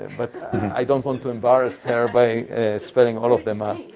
and but i don't want to embarrass her by spelling all of them out.